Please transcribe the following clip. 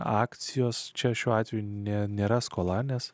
akcijos čia šiuo atveju ne nėra skola nes